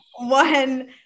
one